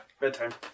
bedtime